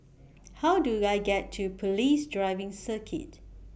How Do I get to Police Driving Circuit